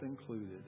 included